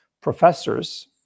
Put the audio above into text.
professors